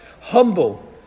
humble